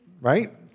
right